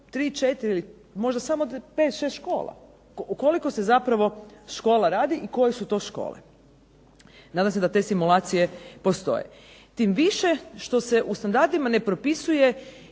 3, 4 ili možda samo 5, 6 škola. O koliko se zapravo škola radi i koje su to škole? Nadam se da te simulacije postoje. Tim više što se u standardima ne propisuje